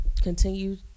continue